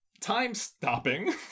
time-stopping